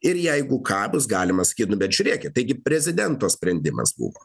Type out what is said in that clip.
ir jeigu ką bus galima sakyti nu bet žiūrėkit taigi prezidento sprendimas buvo